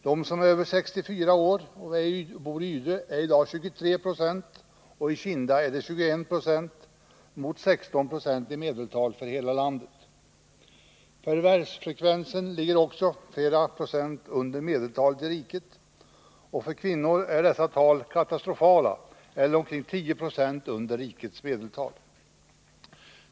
I Ydre är 23 26 av befolkningen över 64 år, och i Kinda är siffran 21 0 mot 16 Ze i medeltal för hela landet. Förvärvsfrekvensen ligger också flera procent under medeltalet i riket. För kvinnorna är dessa tal katastrofala, eller omkring 10 76 under rikets medeltal.